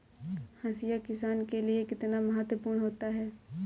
हाशिया किसान के लिए कितना महत्वपूर्ण होता है?